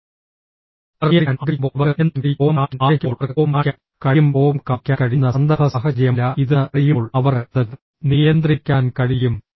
അവർ നിയന്ത്രിക്കാൻ ആഗ്രഹിക്കുമ്പോൾ അവർക്ക് നിയന്ത്രിക്കാൻ കഴിയും കോപം കാണിക്കാൻ ആഗ്രഹിക്കുമ്പോൾ അവർക്ക് കോപം കാണിക്കാൻ കഴിയും കോപം കാണിക്കാൻ കഴിയുന്ന സന്ദർഭ സാഹചര്യമല്ല ഇതെന്ന് അറിയുമ്പോൾ അവർക്ക് അത് നിയന്ത്രിക്കാൻ കഴിയും